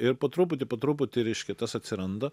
ir po truputį po truputį reiškia tas atsiranda